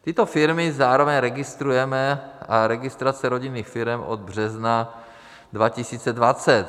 Tyto firmy zároveň registrujeme a registrace rodinných firem od března 2020.